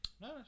No